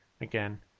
again